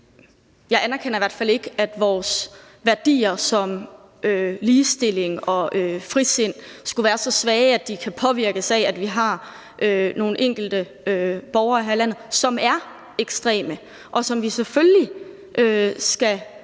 ikke anerkender, at vores værdier som ligestilling og frisind skulle være så svage, at de kan påvirkes af, at vi har nogle enkelte borgere her i landet, som er ekstreme, og den